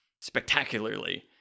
spectacularly